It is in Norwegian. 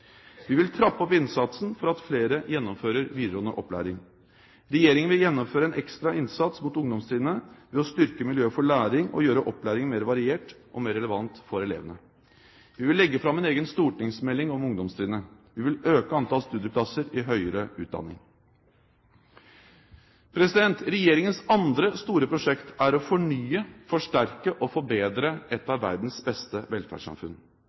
Vi vil trappe opp innsatsen for at flere gjennomfører videregående opplæring. Regjeringen vil gjennomføre en ekstra innsats mot ungdomstrinnet ved å styrke miljøet for læring og gjøre opplæringen mer variert og relevant for elevene. Vi vil legge fram en egen stortingsmelding om ungdomstrinnet. Vi vil øke antallet studieplasser i høyere utdanning. Regjeringens andre store prosjekt er å fornye, forsterke og forbedre et av verdens beste velferdssamfunn.